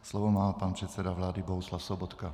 Slovo má pan předseda vlády Bohuslav Sobotka.